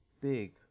big